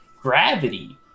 gravity